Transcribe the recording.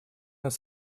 над